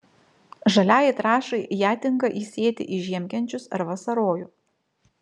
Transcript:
žaliajai trąšai ją tinka įsėti į žiemkenčius ar vasarojų